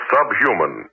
Subhuman